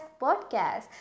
podcast